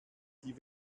die